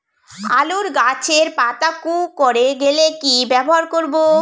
আলুর গাছের পাতা কুকরে গেলে কি ব্যবহার করব?